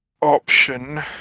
option